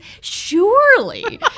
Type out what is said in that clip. surely